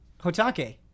Hotake